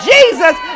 Jesus